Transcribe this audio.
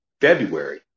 February